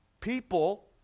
People